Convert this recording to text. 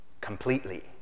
Completely